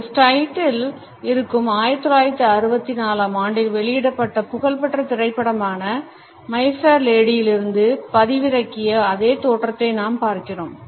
இந்த ஸ்லைடில் இருக்கும் 1964 ஆம் ஆண்டில் வெளியிடப்பட்ட புகழ்பெற்ற திரைப்படமான மை ஃபேர் லேடியிலிருந்து பதிவிறக்கிய அதே தோற்றத்தை நாம் பார்க்கிறோம்